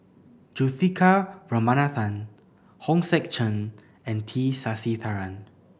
Juthika Ramanathan Hong Sek Chern and T Sasitharan